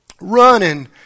Running